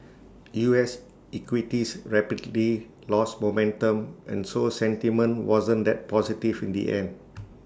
U S equities rapidly lost momentum and so sentiment wasn't that positive in the end